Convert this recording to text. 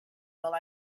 while